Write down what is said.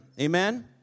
Amen